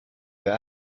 der